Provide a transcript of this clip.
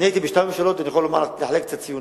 הייתי בשתי הממשלות ואני יכול לחלק קצת ציונים,